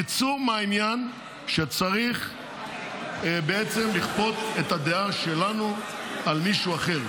תצאו מהעניין שצריך בעצם לכפות את הדעה שלנו על מישהו אחר.